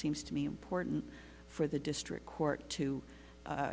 seems to me porton for the district court to